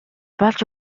болж